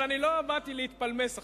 אבל לא באתי להתפלמס עכשיו.